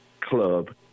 club